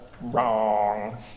Wrong